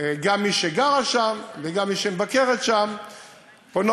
גם מי שגרה שם וגם מי שמבקרת שם פונות